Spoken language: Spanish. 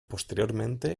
posteriormente